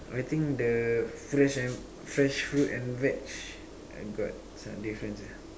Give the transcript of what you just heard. I think the fresh and fresh fruit and veg uh got some difference ah